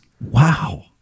Wow